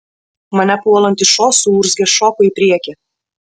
mane puolantis šuo suurzgęs šoko į priekį